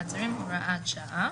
מעצרים) הוראת שעה.